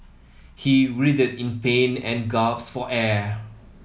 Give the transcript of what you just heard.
he writhed in pain and gasped for air